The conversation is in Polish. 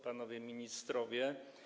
Panowie Ministrowie!